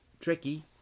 tricky